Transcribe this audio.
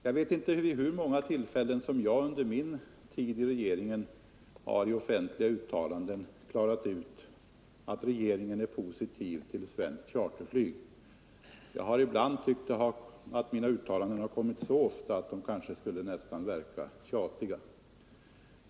Jag vet inte vid hur många tillfällen jag under min tid i regeringen i offentliga uttalanden har klarat ut att regeringen är positiv till svenskt charterflyg; ibland har jag tyckt att mina uttalanden har kommit så ofta att de nästan skulle verka tjatiga.